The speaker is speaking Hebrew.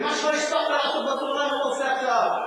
ומה שלא הספקת לעשות בצהריים אתה עושה עכשיו.